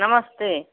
नमस्ते